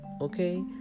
Okay